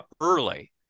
early